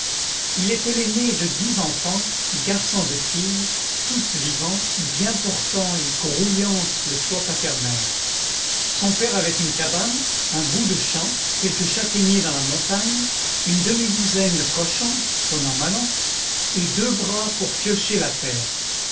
il était l'aîné de dix enfants garçons et filles tous vivants bien portants et grouillants sous le toit paternel son père avait une cabane un bout de champ quelques châtaigniers dans la montagne une demi-douzaine de cochons bon an mal an et deux bras pour piocher la terre